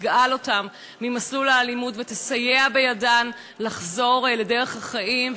שתגאל אותן ממסלול האלימות ותסייע בידן לחזור לדרך החיים,